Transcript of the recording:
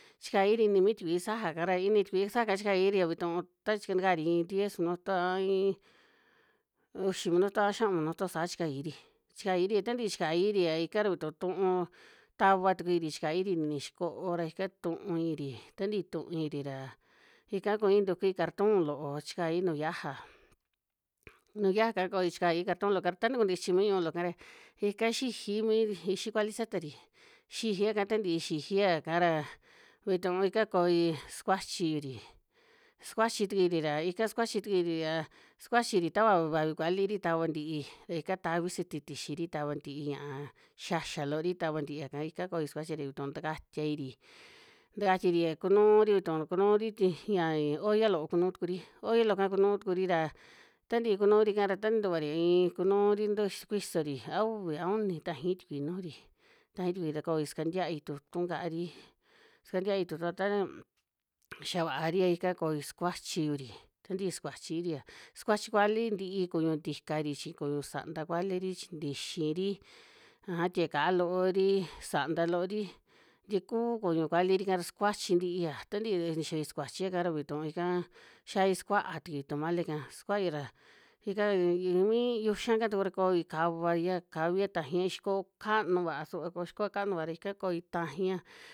Chi kai ri ini mi sti kui sa ja ka ra ini sti kui sa ja chi kai ri ra ví tu'u, ta nti ka ri iin dies minuto a ii, uxi a xa un minuto sa chi kai ri, chi kai ri ta nti chi kai ri ra ika ví tu tu'u ta va tu ku i ri chi kai ri ini xi ko'o ra ika tu'u i ri ta nti tu i ri ra. ika ku i nti ki kartu lo'o chi kai nu ya ja, nu ya ja ka koi chi kai kartu lo'o ka ta ntu kú nti chi mi ñu lo ka ra ika xi ji mi ixi kúa li sa ta ri xi ji a ka ta nti'i xi ji a ya ka ra ví tu ika koi skua chi yu ri skua chi tu ku i ri ra ika skua chi tu ki ri ra, skua chi ri ta va ví kúa li ri ta va nti'i ra ika ta ví si ti tixi ri ta va nti'i ña, xa xa lo ri ta va nti a ka. Ika koi skua chi ri ví tu nta ka stia i ri, nta ka stia i ri ku nu ri ví tu ku nu ri ña olla lo ku nu ri tu ku ri olla lo ka ku nuu tu ku ri ra. Ta nti ku nu ri ka ra ta ni ntu va ri ii ku nu ri kuiso ri a uvi, a uni ta ji sti kui nu ju ri ta ji sti kui ra koi ska ntia'i tu tu ka'a ri, ska ntia'i tu tu. Ta xa, va'a ri ra ika koi skua chi yu ri ta nti skua chi ri ra skua chi kúa li nti'i ku ñu nti ka ri chi ku ñu sa nta kúa li ri chi nti xi ri. Ajá stie ka'a lo'o ri sa nta lo ri, nti kuu kuñu kua li ri ka ra skua chi nti'i ya. ta nti'i ni xi yo i skua chi a ka ra ví tu ika xai skua tu ki tómale ka skúa i ra, ika mi yu xa ka tu ku ra koi ka va i a ka ví a ta ji xko ka nu va so ko xko ka nu va ra ika koi na ji a.